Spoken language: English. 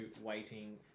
waiting